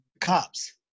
Cops